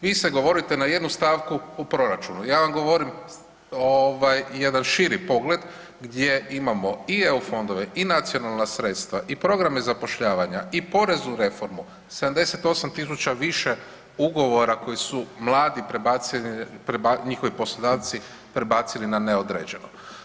Vi se govorite na jednu stavku u proračunu, ja vam govorim ovaj jedan širi pogled gdje imamo i EU fondove i nacionalna sredstva i programe zapošljavanja i poreznu reformu, 78.000 više ugovora koji su mladi prebacili, njihovi poslodavci prebacili na neodređeno.